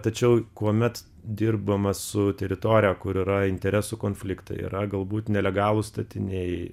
tačiau kuomet dirbama su teritorija kur yra interesų konfliktai yra galbūt nelegalūs statiniai